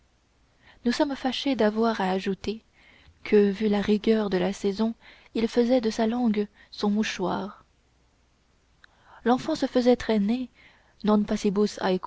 nous sommes fâché d'avoir à ajouter que vu la rigueur de la saison il faisait de sa langue son mouchoir l'enfant se faisait traîner non